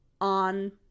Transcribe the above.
on